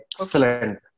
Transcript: Excellent